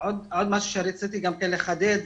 עוד משהו שרציתי לחדד,